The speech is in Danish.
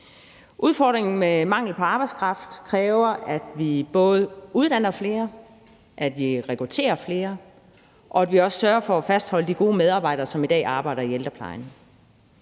Udfordringen med mangel på arbejdskraft kræver, at vi både uddanner flere, rekrutterer flere og også sørger for at fastholde de gode medarbejdere, som i dag arbejder i ældreplejen.